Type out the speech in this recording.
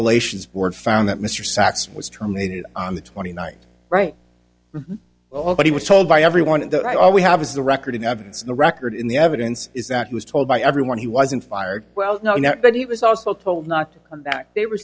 relations board found that mr sacks was terminated on the twenty ninth right well but he was told by everyone in the all we have is the record in evidence in the record in the evidence is that he was told by everyone he wasn't fired well known that he was also told not to come back they were